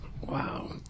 Wow